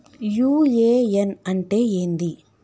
UAN అంటే ఏంది?